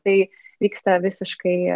tai vyksta visiškai